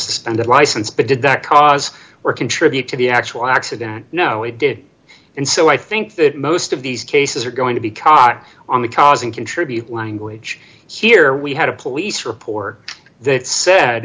suspended license but did that cause were contribute to the actual accident no it did and so i think that most of these cases are going to be caught on the cars and contribute language here we had a police report that sa